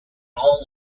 all